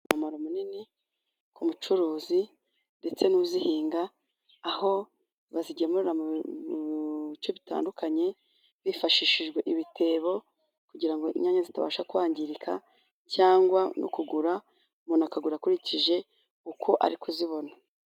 Umumaro munini ku mucuruzi ndetse n'uzihinga aho bazigemura mu bice bitandukanye, hifashishijwe ibitebo kugira inyanya zitabasha kwangirika cyangwa no kugura umuntu akagura akurikije uko ari kuzibona.